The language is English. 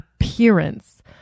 appearance